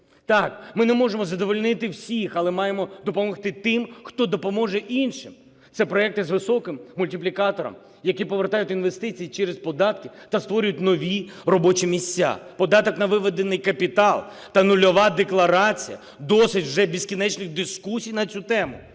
Так, ми не можемо задовольнити всіх, але маємо допомогти тим, хто допоможе іншим. Це проекти з високим мультиплікатором, які повертають інвестиції через податки та створюють нові робочі місця. Податок на виведений капітал та нульова декларація – досить вже безкінечних дискусій на цю тему.